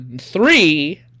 three